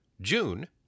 June